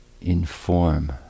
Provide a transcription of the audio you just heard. inform